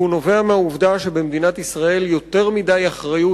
והוא נובע מהעובדה שבמדינת ישראל יותר מדי אחריות